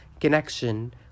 connection